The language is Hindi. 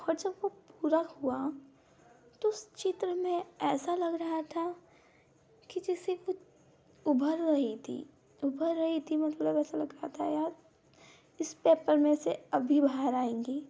और जब वह पूरा हुआ तो उस चित्र में ऐसा लग रहा था कि जैसे कुछ उभर रही थी उभर रही थी मतलब ऐसा लग रहा था यार इसपे अपर में से अभी बाहर आएंगी